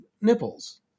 nipples